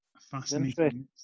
Fascinating